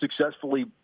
successfully